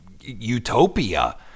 utopia